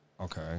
Okay